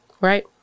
Right